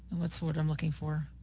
what's the word i'm looking for.